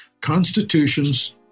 Constitutions